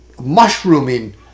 mushrooming